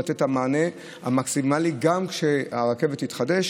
לתת את המענה המקסימלי גם כשהרכבת תתחדש.